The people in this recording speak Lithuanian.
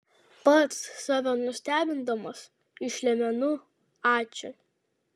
pats save nustebindamas išlemenu ačiū